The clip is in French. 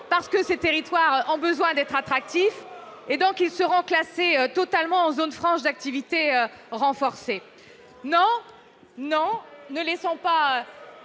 Parce que ces territoires ont besoin d'être attractifs, ils seront classés totalement en zone franche d'activité renforcée. Non, nous ne laissons pas